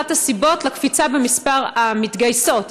אחת הסיבות לקפיצה במספר המתגייסות.